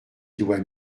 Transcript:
doigts